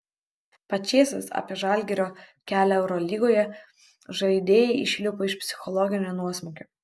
pačėsas apie žalgirio kelią eurolygoje žaidėjai išlipo iš psichologinio nuosmukio